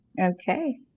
okay